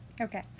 Okay